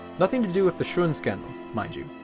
nothing to do with the schon scandal mind you.